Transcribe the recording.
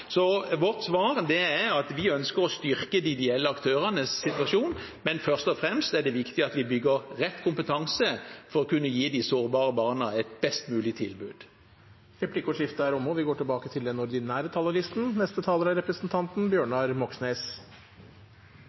Vårt svar er at vi ønsker å styrke de ideelle aktørenes situasjon, men først og fremst er det viktig at vi bygger rett kompetanse for å kunne gi de sårbare barna et best mulig tilbud. Replikkordskiftet er omme.